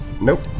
Nope